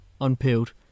unpeeled